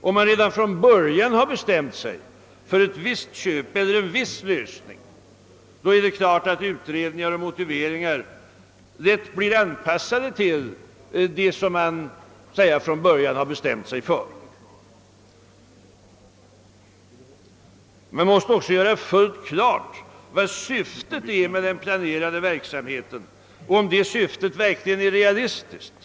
Om man redan från början har bestämt sig för en viss lösning är det klart att utredningar och motiveringar lätt blir anpassade till det som man från början har bestämt sig för. Man måste också göra fullt klart vilket syftet är med den planerade verksamheten och om det syftet verkligen är realistiskt.